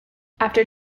after